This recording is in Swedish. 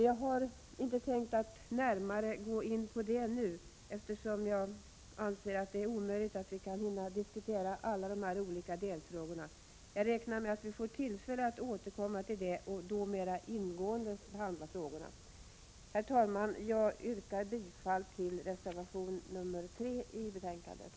Jag har inte tänkt att närmare gå in på dem nu. Jag anser att det är omöjligt att hinna diskutera alla dessa delfrågor. Jag räknar med att vi får tillfälle att återkomma och då mer ingående behandla de frågorna. Herr talman! Jag yrkar bifall till reservation 3 i betänkandet.